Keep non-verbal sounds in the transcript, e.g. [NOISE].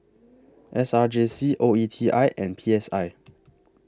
[NOISE] S R J C O E T I and P S I